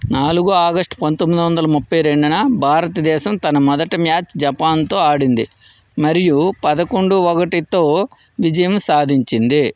నాలుగు ఆగస్టు పంతొమ్మిదొందల ముప్పైరెండున భారతదేశం తన మొదటి మ్యాచ్ జపాన్తో ఆడింది మరియు పదకొండు ఒకటితో విజయం సాధించింది